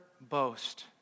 boast